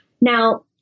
Now